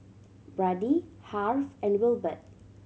Brady Harve and Wilbert